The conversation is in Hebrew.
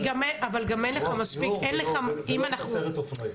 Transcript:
כוח סיור ולא רק סיירת אופנועים.